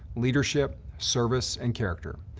leadership, service, and character.